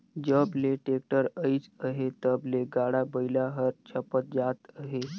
जब ले टेक्टर अइस अहे तब ले गाड़ा बइला हर छपत जात अहे